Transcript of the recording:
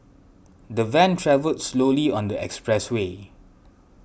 the van travelled slowly on the expressway